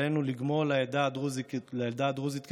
עלינו לגמול לעדה הדרוזית כגמולה.